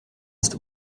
ist